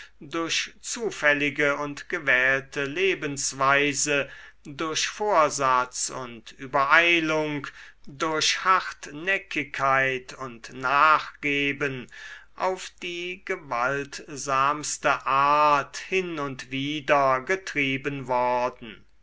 durch zufällige und gewählte lebensweise durch vorsatz und übereilung durch hartnäckigkeit und nachgeben auf die gewaltsamste art hin und wider getrieben worden